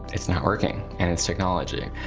it's not working, and it's technology.